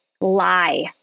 lie